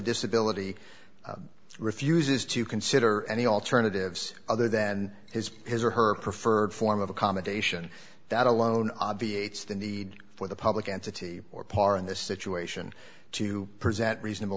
disability refuses to consider any alternatives other then his his or her preferred form of accommodation that alone obviates the need for the public entity or par in this situation to present reasonable